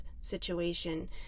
situation